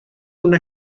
una